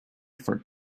for